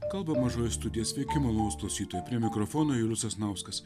kalba mažoji studija sveiki malonūs klausytojai prie mikrofono julius sasnauskas